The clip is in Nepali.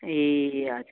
ए हजुर